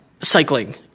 cycling